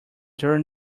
during